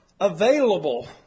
available